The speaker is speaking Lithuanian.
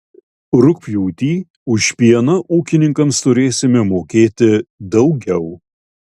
rugpjūtį už pieną ūkininkams turėsime mokėti daugiau